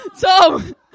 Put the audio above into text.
Tom